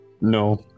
No